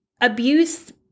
abuse